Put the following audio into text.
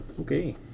Okay